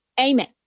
amen